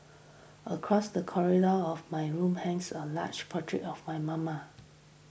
across the corridor of my room hangs a large portrait of my mama